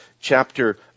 chapter